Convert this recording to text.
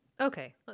Okay